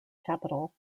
capital